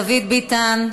דוד ביטן,